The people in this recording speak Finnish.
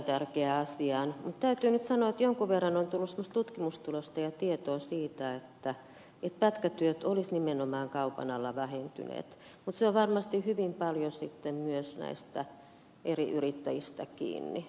mutta täytyy nyt sanoa että jonkun verran on tullut semmoista tutkimustulosta ja tietoa siitä että pätkätyöt olisivat nimenomaan kaupan alalla vähentyneet mutta se on varmasti hyvin paljon sitten myös näistä eri yrittäjistä kiinni